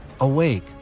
Awake